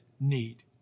need